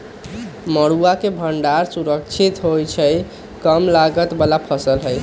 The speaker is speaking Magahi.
मरुआ के भण्डार सुरक्षित होइ छइ इ कम लागत बला फ़सल हइ